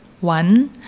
One